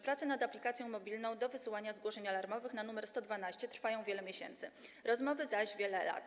Prace nad aplikacją mobilną do wysyłania zgłoszeń alarmowych na numer 112 trwają wiele miesięcy, rozmowy zaś wiele lat.